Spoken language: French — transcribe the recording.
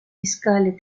escale